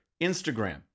Instagram